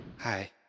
Hi